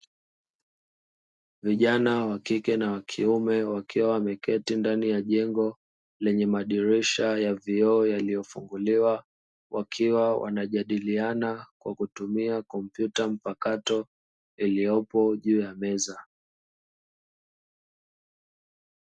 Vijana wa kike na wa kiume wakiwa wameketi ndani ya jengo lenye madirisha ya vioo yaliyofunguliwa wakiwa wanajadiliana kwa kutumia kompyuta mpakato iliyopo juu ya meza.